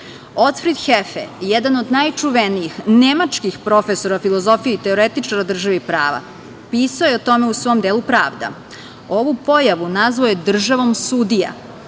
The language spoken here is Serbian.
Hefe, jedan od najčuvenijih nemačkih profesora filozofije i teoretičara države i prava, pisao je o tome u svom delu "Pravda". Ovu pojavu nazvao je državom sudija